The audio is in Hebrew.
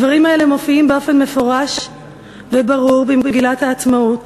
הדברים האלה מופיעים באופן מפורש וברור במגילת העצמאות,